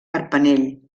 carpanell